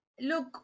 Look